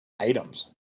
items